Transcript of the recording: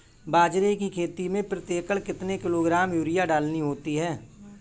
बाजरे की खेती में प्रति एकड़ कितने किलोग्राम यूरिया डालनी होती है?